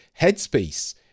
headspace